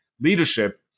leadership